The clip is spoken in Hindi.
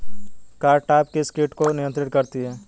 कारटाप किस किट को नियंत्रित करती है?